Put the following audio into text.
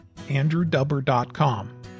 andrewdubber.com